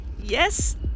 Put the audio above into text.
yes